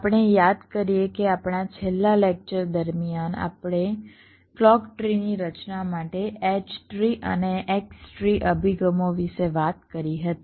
આપણે યાદ કરીએ કે આપણા છેલ્લા લેકચર દરમિયાન આપણે ક્લૉક ટ્રીની રચના માટે H ટ્રી અને X ટ્રી અભિગમો વિશે વાત કરી હતી